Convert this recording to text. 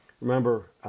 Remember